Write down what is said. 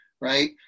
right